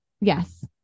Yes